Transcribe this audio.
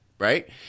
Right